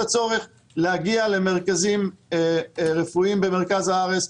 הצורך להגיע למרכזים רפואיים במרכז הארץ,